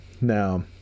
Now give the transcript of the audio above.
now